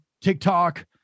TikTok